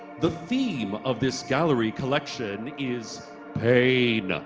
the theme of this gallery collection is pain,